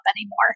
anymore